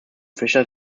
fischer